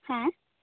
হ্যাঁ